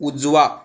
उजवा